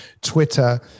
Twitter